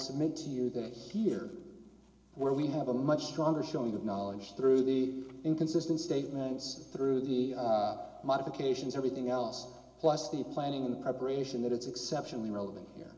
submit to you that here where we have a much stronger showing of knowledge through the inconsistent statements through the modifications everything else plus the planning and preparation that it's exceptionally relevant here